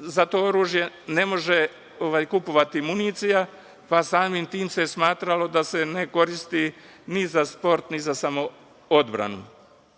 za to oružje ne može kupovati municija, pa samim tim se smatralo da se ne koristi ni za sport, ni za samoodbranu. Ono